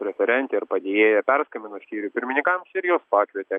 referentė ir padėja perskambino skyrių pirmininkams ir juos pakvietė